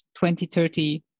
2030